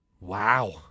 Wow